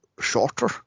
shorter